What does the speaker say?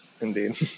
indeed